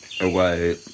away